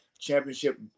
championship